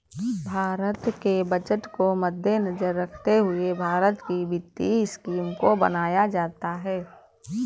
भारत के बजट को मद्देनजर रखते हुए भारत की वित्तीय स्कीम को बनाया जाता है